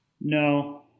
No